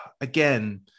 again